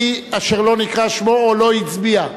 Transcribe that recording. מי אשר לא נקרא שמו או לא הצביע?